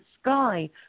sky